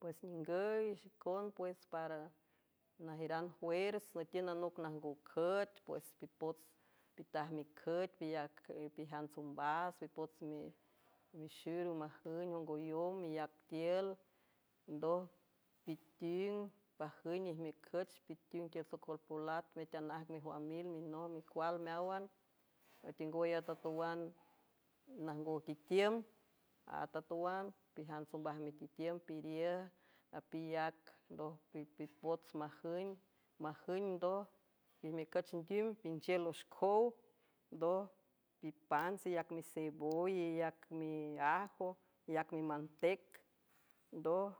Pues ningüy xicon pues para najiüran juers nütiüng anoc najngow cüech pues pipots pitaj micüch iacipijants ombas pipots mixir ü majüng ongoyom iyac tiül ndoj piting pajün ijmiücüch piting tiül socol polat metanajg mejwamil minoj micual meáwan nüetengwüy at atawan najngow titiüm at atawan pijants ombaj mititiüm piriüj apiyac ndoj pipots majüng majüng ndoj ijmeücüch ndim pinchiel oxcow ndoj pipants iyac misevoy iyac miajo iyac mimantec ndoj